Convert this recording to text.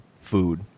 food